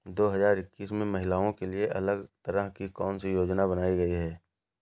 दो हजार इक्कीस में महिलाओं के लिए अलग तरह की कौन सी योजना बनाई गई है?